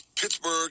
Pittsburgh